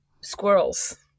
squirrels